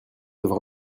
devra